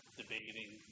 debating